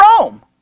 Rome